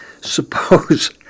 suppose